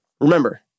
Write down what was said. remember